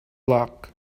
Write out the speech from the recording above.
luck